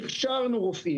הכשרנו רופאים.